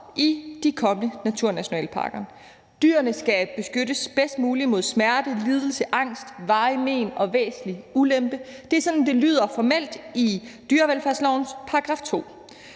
i de kommende naturnationalparker. Dyrene skal beskyttes bedst muligt mod smerte, lidelse, angst, varige men og væsentlig ulempe. Det er sådan, det lyder formelt i dyrevelfærdslovens § 2.